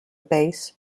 base